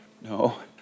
no